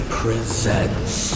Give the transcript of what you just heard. presents